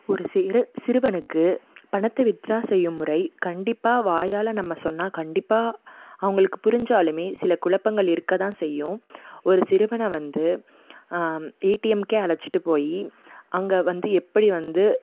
ஒரு சிறு சிறுவனுக்கு பணத்தை வித்டிரா செய்யும் முறை கண்டிப்பாக வாயால் நம்ம சொன்னால் கண்டிப்பாக அவங்களுக்கு புரிஞ்சாலுமே சில குழப்பங்கள் இருக்க தான் செய்யும் ஒரு சிறுவனை வந்து ஏடிஎம்கே அழைச்சுட்டு போய் அங்கே வந்து எப்படி வந்து